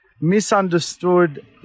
misunderstood